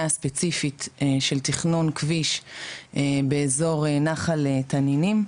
הספציפית של תכנון כביש באזור נחל תנינים.